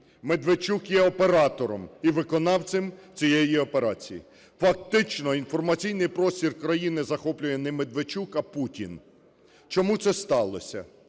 Медведчук є оператором і виконавцем цієї операції. Фактично інформаційний простір країни захоплює не Медведчук, а Путін. Чому це сталося?